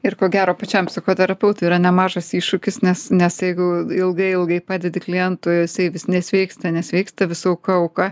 ir ko gero pačiam psichoterapeutui yra nemažas iššūkis nes nes jeigu ilgai ilgai padedi klientui o jisai vis nesveiksta nesveiksta visų auka